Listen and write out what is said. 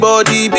Body